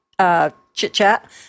chit-chat